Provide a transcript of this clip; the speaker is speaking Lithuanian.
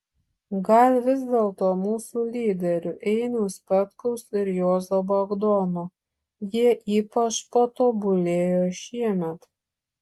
gal vis dėlto mūsų lyderių einiaus petkaus ir juozo bagdono jie ypač patobulėjo šiemet